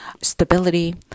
stability